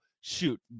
Shoot